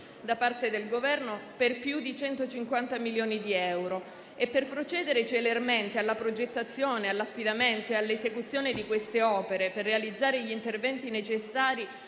da parte del Governo per più di 150 milioni di euro. Per procedere celermente alla progettazione, all'affidamento e all'esecuzione di queste opere; per realizzare gli interventi necessari